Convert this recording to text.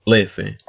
Listen